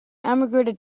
emigrated